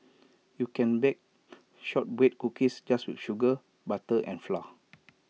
you can bake Shortbread Cookies just with sugar butter and flour